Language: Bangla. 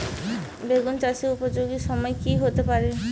বেগুন চাষের উপযোগী সময় কি হতে পারে?